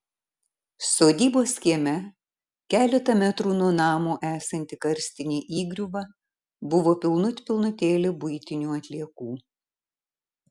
sodybos kieme keletą metrų nuo namo esanti karstinė įgriuva buvo pilnut pilnutėlė buitinių atliekų